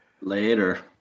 Later